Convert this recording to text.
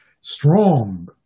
strong